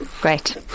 Great